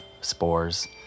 spores